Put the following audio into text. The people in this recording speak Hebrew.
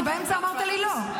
כי באמצע אמרת לי לא.